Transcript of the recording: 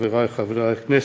חברי חברי הכנסת,